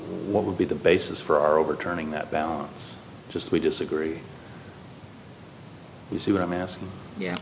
what would be the basis for our overturning that balance just we disagree you see what i'm asking yeah